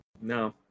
No